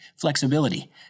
flexibility